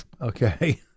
Okay